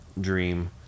dream